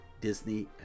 Disney